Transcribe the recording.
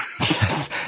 Yes